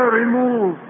remove